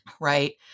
right